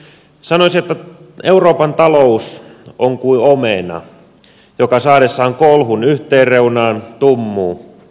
sanoisin että euroopan talous on kuin omena joka saadessaan kolhun yhteen reunaan tummuu